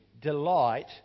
Delight